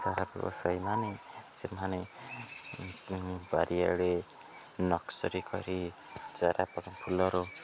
ଚାରା ବ୍ୟବସାୟୀମାନେ ସେମାନେ ବାରି ଆଡ଼େ ନର୍ସରୀ କରି ଚାରା ପଡ଼ ଫୁଲରୁ